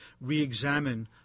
re-examine